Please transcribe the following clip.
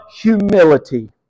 humility